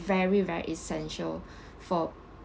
very very essential for